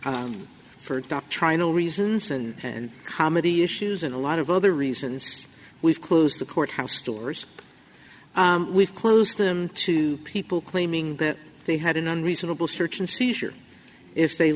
for for not trying to reasons and and comedy issues and a lot of other reasons we've closed the courthouse stores we've closed them to people claiming that they had an unreasonable search and seizure if they